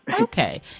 Okay